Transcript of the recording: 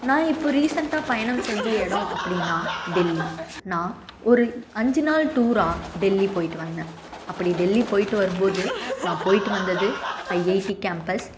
நான் இப்போ ரீசன்ட்டாக பயணம் செஞ்ச இடம் அப்படின்னால் டெல்லி நான் ஒரு அஞ்சு நாள் டூராக டெல்லி போயிட்டு வந்தேன் அப்படி டெல்லி போயிட்டு வரும்போது நான் போயிட்டு வந்தது ஐஐடி கேம்பஸ்